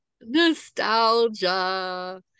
Nostalgia